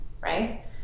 right